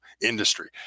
industry